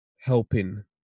helping